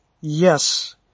Yes